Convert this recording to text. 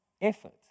effort